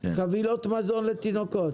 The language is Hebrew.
חבילות מזון לתינוקות?